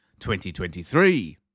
2023